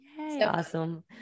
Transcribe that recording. Awesome